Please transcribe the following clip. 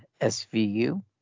SVU